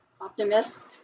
optimist